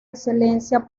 excelencia